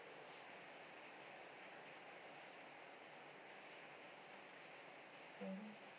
mmhmm